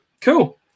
cool